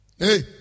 Hey